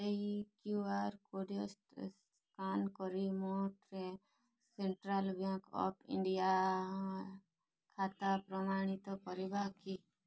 ଏହି QR scan କରି ମୋ ସେଣ୍ଟ୍ରାଲ୍ ବ୍ୟାଙ୍କ୍ ଅଫ୍ ଇଣ୍ଡିଆ ଖାତା ପ୍ରମାଣିତ କରିବା କି